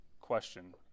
question